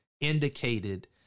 indicated